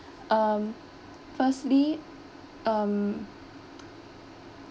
um firstly um